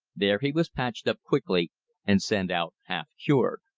there he was patched up quickly and sent out half-cured.